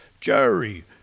Jerry